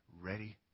ready